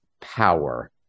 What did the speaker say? power